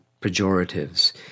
pejoratives